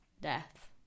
death